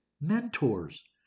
mentors